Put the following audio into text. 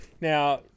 Now